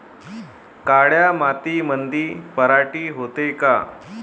काळ्या मातीमंदी पराटी होते का?